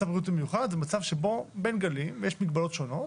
מצב בריאותי מיוחד הוא מצב שבו אנחנו בין גלים ויש מגבלות שונות,